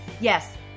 Yes